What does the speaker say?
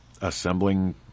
assembling